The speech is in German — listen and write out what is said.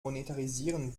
monetarisieren